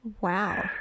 Wow